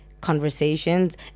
conversations